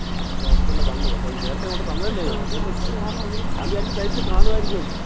അത് അവിടെ തന്നെ തന്നത് അപ്പം ഇത് നേരത്തെ കൊണ്ടു തന്നതല്ലേ ഞാൻ അത് കൊണ്ട് പിന്നെ ഞാൻ വിചാരിച്ച് തയ്ച്ച് കാണുവായിരിക്കും എന്ന്